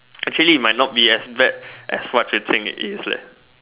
actually it might not be as bad as what you think it is leh